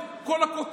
את כל הכותרות,